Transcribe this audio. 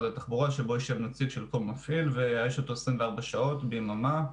התחבורה שבו ישב נציג של כל מפעיל ויאייש אותו 24 שעות ביממה.